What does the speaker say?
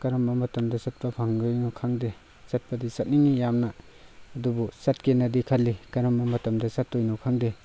ꯀꯔꯝꯕ ꯃꯇꯝꯗ ꯆꯠꯄ ꯐꯪꯗꯣꯏꯅꯣ ꯈꯪꯗꯦ ꯆꯠꯄꯗꯤ ꯆꯠꯅꯤꯡꯉꯤ ꯌꯥꯝꯅ ꯑꯗꯨꯕꯨ ꯆꯠꯀꯦꯅꯗꯤ ꯈꯜꯂꯤ ꯀꯔꯝꯕ ꯃꯇꯝꯗ ꯆꯠꯇꯣꯏꯅꯣ ꯈꯪꯗꯦ